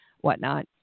whatnot